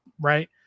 right